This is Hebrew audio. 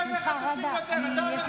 אתה דואג לחטופים יותר מנתניהו,